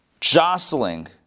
jostling